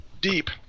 deep